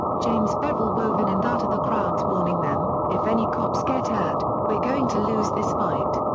james bevel wove in and out of the crowds warning them, if any cops get hurt, we're going to lose this fight.